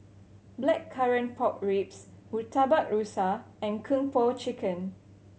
Blackcurrant Pork Ribs Murtabak Rusa and Kung Po Chicken